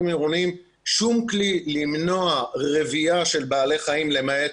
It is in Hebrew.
עירוניים שום כלי למנוע רביה של בעלי חיים למעט